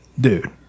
Dude